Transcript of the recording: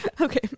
Okay